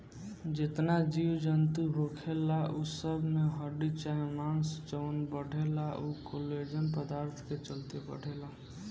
जेतना जीव जनतू होखेला उ सब में हड्डी चाहे मांस जवन बढ़ेला उ कोलेजन पदार्थ के चलते बढ़ेला